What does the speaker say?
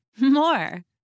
more